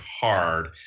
hard